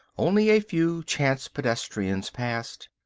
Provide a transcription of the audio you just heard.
only a few chance pedestrians passed.